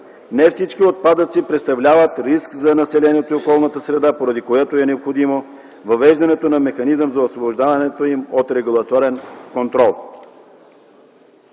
Не всички отпадъци представляват риск за населението и околната среда, поради което е необходимо въвеждането на механизъм за освобождаването им от регулаторен контрол.